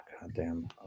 goddamn